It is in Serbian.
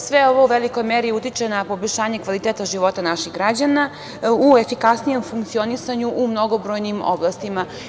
Sve ovo u velikoj meri utiče na poboljšanje kvaliteta života naših građana, u efikasnijem funkcionisanju u mnogobrojnim oblastima.